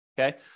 okay